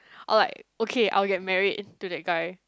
or like okay I will get married to that guy